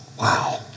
Wow